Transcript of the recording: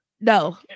No